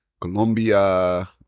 Colombia